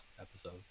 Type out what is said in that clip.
episode